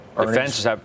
Defense